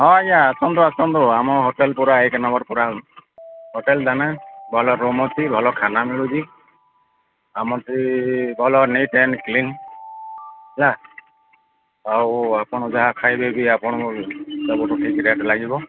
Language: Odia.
ହଁ ଆଜ୍ଞା ଆସନ୍ତୁ ଆସନ୍ତୁ ଆମ ହୋଟେଲ୍ ପୁରା ଏକ ନମ୍ବର୍ ପୁରା ହୋଟେଲ୍ ଜାନେ ଭଲ ରୁମ୍ ଅଛି ଭଲ ଖାନା ମିଳୁଛି ଆମଠି ଭଲ ନିଟ୍ ଆଣ୍ଡ କ୍ଲିନ୍ ହେଲା ଆଉ ଆପଣ ଯାହା ଖାଇବେ ବି ଆପଣଙ୍କୁ ସବୁଠୁ ଠିକ୍ ରେଟ୍ ଲାଗିବ